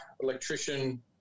electrician